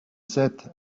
said